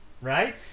Right